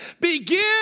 Begin